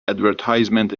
advertisement